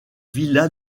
villa